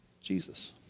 Jesus